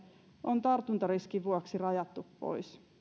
on tartuntariskin vuoksi rajattu pois